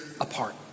apart